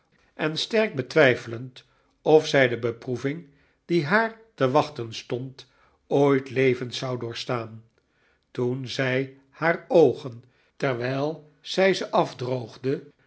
en sterk betwijfelend of zij de beproeving die haar te wachten stond ooit levend zou doorstaan toen zij haar oogen terwijl zij ze afdroogde